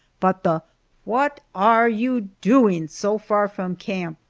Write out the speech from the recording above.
but the what are you doing so far from camp?